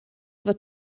fod